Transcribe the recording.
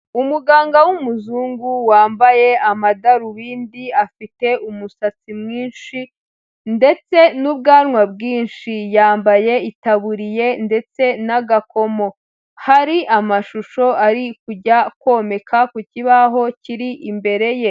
Umuganga w'umuzungu wambaye amadarubindi afite umusatsi mwinshi ndetse n'ubwanwa bwinshi, yambaye itaburiye ndetse n'agakomo, hari amashusho ari kujya komeka ku kibaho kiri imbere ye.